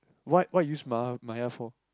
what what you use ma~ Maya for